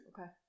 Okay